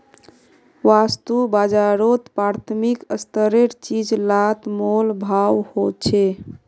वास्तु बाजारोत प्राथमिक स्तरेर चीज़ लात मोल भाव होछे